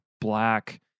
black